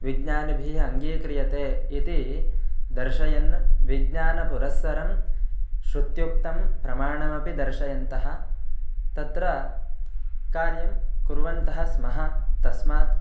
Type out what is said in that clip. विज्ञानिभिः अङ्गीक्रियते इति दर्शयत् विज्ञानपुरस्सरं श्रुत्युक्तं प्रमाणमपि दर्शयन्तः तत्र कार्यं कुर्वन्तः स्मः तस्मात्